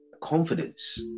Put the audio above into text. confidence